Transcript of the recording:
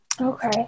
okay